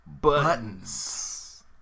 buttons